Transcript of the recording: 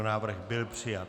Návrh byl přijat.